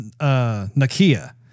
Nakia